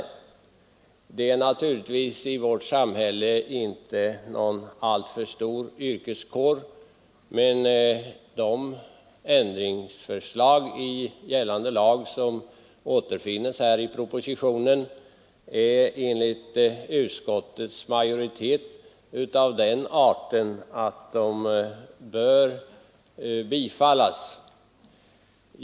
Det är naturligtvis i vårt samhälle inte fråga om någon stor yrkeskår, men de förslag till ändring i gällande lag som återfinns i propositionen är enligt utskottets majoritet av den arten att de bör bifallas.